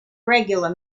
regular